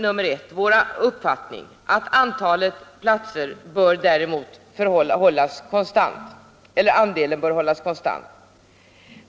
att andelen platser bör hållas konstant.